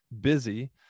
busy